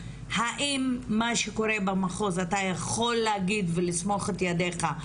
האם מה שקורה במחוז אתה יכול להגיד ולסמוך את ידיך?